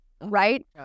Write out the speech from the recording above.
right